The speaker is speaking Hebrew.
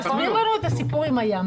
תסביר לנו את הסיפור עם הים,